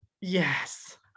Yes